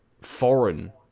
foreign